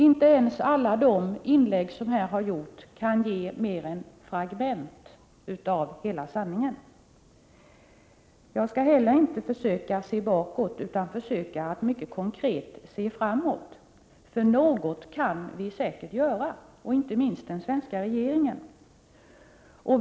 Inte ens alla de inlägg som här har gjorts kan ge mer än fragment av hela sanningen. Jag skall heller inte försöka se bakåt, utan försöka att mycket konkret se framåt. Något kan vi säkert göra, inte minst den svenska regeringen.